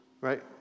Right